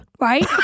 right